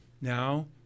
Now